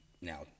now